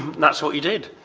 that's what we did.